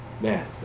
Man